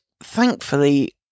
thankfully